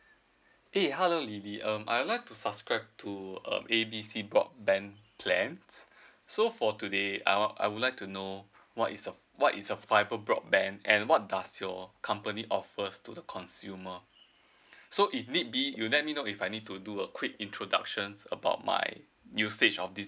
eh hello lily um I like to subscribe to um A B C broadband plans so for today I want I would like to know what is a what is a fiber broadband and what does your company offers to the consumer so it need did you let me know if I need to do a quick introduction about my usage of this